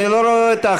אני לא רואה אותך,